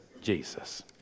Jesus